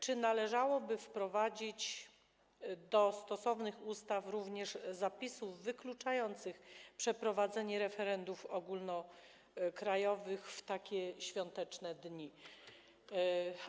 Czy nie należałoby wprowadzić do stosownych ustaw również zapisów wykluczających przeprowadzanie referendów ogólnokrajowych w takie świąteczne dni?